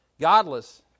godless